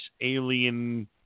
alien